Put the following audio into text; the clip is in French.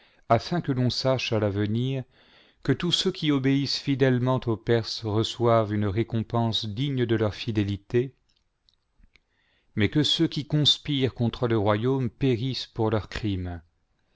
afin que l'on sache à l'avenir que tous ceux qui obéissent fidèlement aux perses reçoivent une récompense digne de leur fidélité mais que ceux qui conspirent contre le royaume périssent pour leurs crimes